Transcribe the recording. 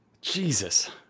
Jesus